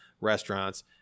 restaurants